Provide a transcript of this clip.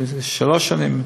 שלוש שנים.